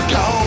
go